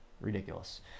Ridiculous